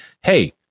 hey